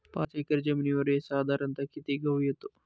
पाच एकर जमिनीवर साधारणत: किती गहू येतो?